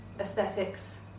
aesthetics